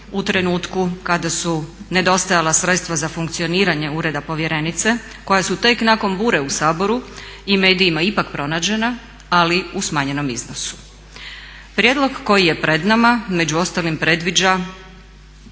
u trenutku kada su nedostajala sredstva za funkcioniranje Ureda povjerenice koja su tek nakon bure u Saboru i medijima ipak pronađena ali u smanjenom iznosu. Prijedlog koji je pred nama među ostalim predviđa